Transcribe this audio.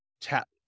tap